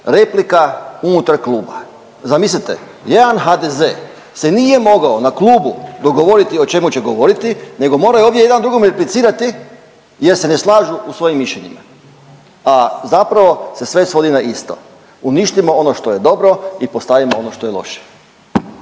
replika unutar kluba. Zamislite jedan HDZ se nije mogao na klubu dogovoriti o čemu će govoriti nego moraju ovdje jedan drugome replicirati jer se ne slažu u svojim mišljenjima, a zapravo se sve svodi na isto, uništimo ono što je dobro i postavimo ono što je loše.